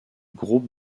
groupe